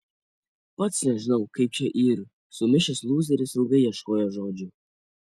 pats nežinau kaip čia yr sumišęs lūzeris ilgai ieškojo žodžių